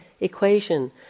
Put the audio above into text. equation